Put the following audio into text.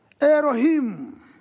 Elohim